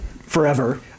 forever